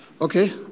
Okay